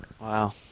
Wow